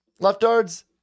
leftards